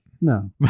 No